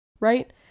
right